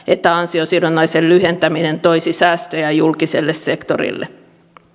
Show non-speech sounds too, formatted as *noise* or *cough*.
*unintelligible* että ansiosidonnaisen lyhentäminen toisi säästöjä julkiselle sektorille